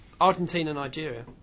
Argentina-Nigeria